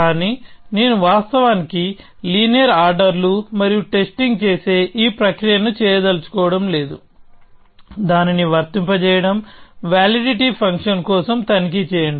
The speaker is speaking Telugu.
కానీ నేను వాస్తవానికి లీనియర్ ఆర్డర్లు మరియు టెస్టింగ్ చేసే ఈ ప్రక్రియను చేయదలచుకోవడం లేదు దానిని వర్తింపజేయడం వాలిడిటీ ఫంక్షన్ కోసం తనిఖీ చేయండి